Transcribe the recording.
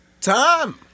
Time